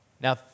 Now